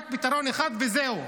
רק פתרון אחד וזהו.